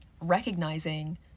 recognizing